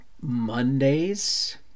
Mondays